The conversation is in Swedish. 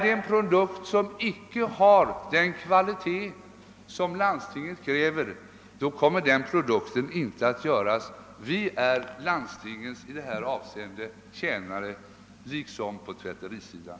En produkt som icke har den kvalitet som landstingen kräver kommer inte att tillverkas. Vi är landstingens tjänare i det här avseendet liksom på tvätterisidan.